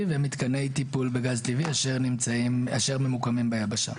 ומתקני טיפול בגז טבעי אשר ממוקמים ביבשה.